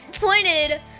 pointed